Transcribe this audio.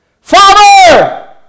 Father